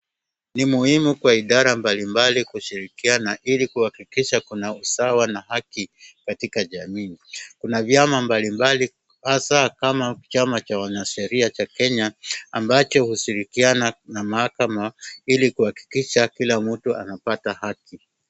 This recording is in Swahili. Ni muhimu kwa idara mbalimbali kushirikiana ili kuhakikisha kuna usawa na haki katika jamii. Kuna vyama mbalimbali hasa kama chama cha wanasheria cha Kenya ambacho hushirikiana na mahakama ili kuhakikisha kila mtu anapata haki.